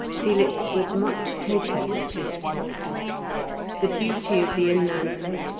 felix was much taken with this spot the beauty of the inland lake,